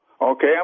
Okay